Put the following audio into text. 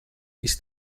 ist